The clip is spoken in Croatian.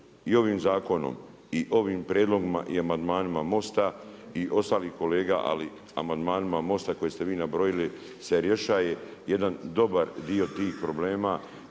I ovim zakonom i ovim prijedlozima i amandmanima MOST-a i ostalih kolega ali amandmanima MOST-a koje ste vi nabrojali se rješava jedan dobar dio tih problema